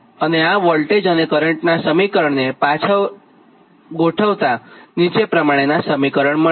અને આ વોલ્ટેજ અને કરંટનાં સમીકરણને પાછા ગોઠવતાં નીચે પ્રમાણે સમીકરણ મળશે